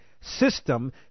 system